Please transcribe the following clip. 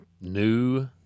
new